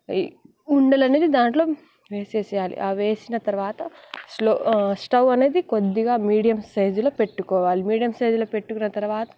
ఉండలు అనేవి దాంట్లో వేసేయాలి ఆ వేసిన తరువాత స్లో స్టవ్ అనేది కొద్దిగా మీడియం సైజులో పెట్టుకోవాలి మీడియం సైజులో పెట్టుకున్న తరువాత